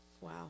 wow